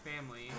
family